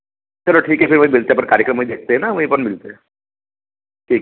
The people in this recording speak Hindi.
चलो ठीक है फिर वहीं मिलते हैं अपन कार्यक्रम में ही देखते हैं ना वहीं पर मिलते हैं ठीक